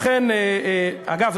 אגב,